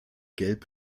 gelb